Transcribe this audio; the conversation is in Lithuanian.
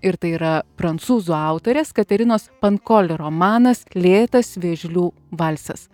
ir tai yra prancūzų autorės katerinos pankoli romanas lėtas vėžlių valsas